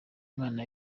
mwana